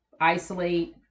isolate